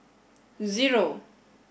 zero